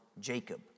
Jacob